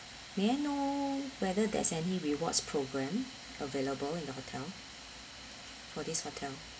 may I know whether there's any rewards programme available in the hotel for this hotel